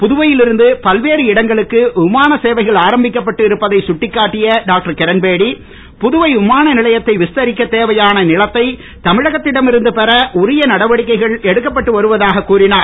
புதுவையில் இருந்து பல்வேறு இடங்களுக்கு விமான சேவைகள் ஆரம்பிக்கப்பட்டு இருப்பதை கட்டிக்காட்டிய விமானநிலையத்தை விஸ்தரிக்க தேவையான நிலத்தை தமிழகத்திடம் இருந்த பெற உரிய நடவடிக்கை எடுக்கப்பட்டு வருவதாகவும் கூறினார்